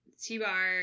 T-bar